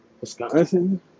Wisconsin